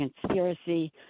conspiracy